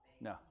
No